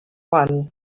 one